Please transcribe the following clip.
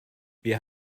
wir